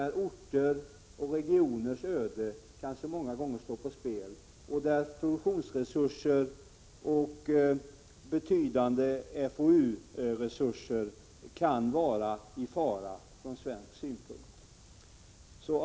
Orters och regioners öden står många gånger på spel. Produktionsresurser och FoU-resurser kan vara i fara ur svensk synpunkt.